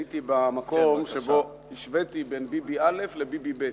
הייתי במקום שבו השוויתי בין ביבי א' לביבי ב'.